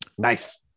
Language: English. nice